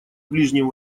ближнем